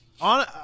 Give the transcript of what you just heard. On